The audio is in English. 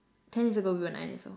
ten years ago we were nine years old